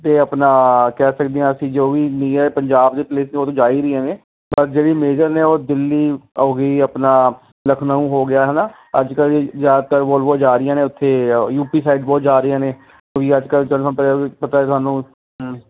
ਅਤੇ ਆਪਣਾ ਕਹਿ ਸਕਦੇ ਹਾਂ ਅਸੀਂ ਜੋ ਵੀ ਨੀਅਰ ਪੰਜਾਬ ਪਲੇਸਿਸ ਦੇ ਉਦੋਂ ਜਾ ਹੀ ਰਹੀਆਂ ਨੇ ਪਰ ਜਿਹੜੀ ਮੇਜਰ ਨੇ ਉਹ ਦਿੱਲੀ ਹੋ ਗਈ ਆਪਣਾ ਲਖਨਊ ਹੋ ਗਿਆ ਹੈ ਨਾ ਅੱਜ ਕੱਲ੍ਹ ਜ਼ਿਆਦਾਤਰ ਵੋਲਵੋ ਜਾ ਰਹੀਆਂ ਨੇ ਉੱਥੇ ਯੂਪੀ ਸਾਈਡ ਬਹੁਤ ਜਾ ਰਹੀਆਂ ਵੀ ਕੋਈ ਅੱਜ ਕੱਲ੍ਹ ਪਤਾ ਸਾਨੂੰ